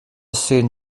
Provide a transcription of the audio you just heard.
sehen